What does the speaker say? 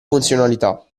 funzionalità